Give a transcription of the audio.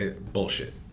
Bullshit